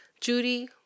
Judy